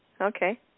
okay